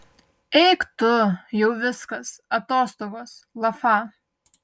eik tu jau viskas atostogos lafa